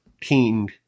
king